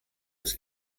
das